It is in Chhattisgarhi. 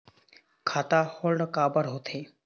खाता होल्ड काबर होथे?